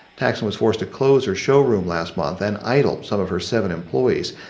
taxson was forced to close her showroom last month and idled some of her seven employees.